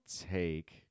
take